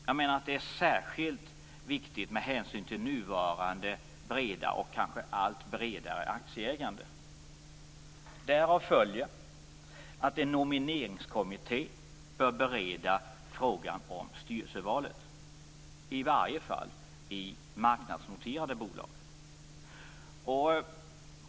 Jag menar att det är särskilt viktigt med hänsyn till det nuvarande breda, och kanske allt bredare, aktieägandet. Därav följer att en nomineringskommitté bör bereda frågan om styrelsevalet - i varje fall i marknadsnoterade bolag.